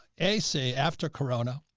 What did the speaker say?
ac after corona